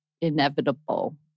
inevitable